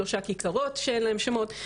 שלושה כיכרות שאין להם שמות.